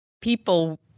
people